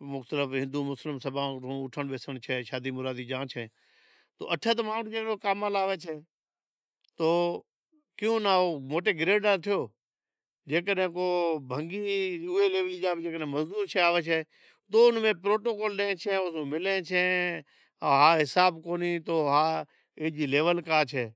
ہندو مسلم سوں اٹھنڑ بیسنڑ چھے تو اٹھا تے ماحول اہڑو آوے تو کیوں نہ ارڑہیں گریڈ را موٹا تھیو پر جیکڈنہں بھنگی اوئے لیول جا مزدور بھی آوے چھے تو ان میں پروٹوکول ڈے تو ہا حساب کونہیں تو پانجی لیول چھے